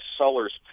seller's